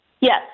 Yes